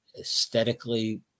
aesthetically